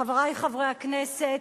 חברי חברי הכנסת,